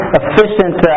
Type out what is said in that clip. efficient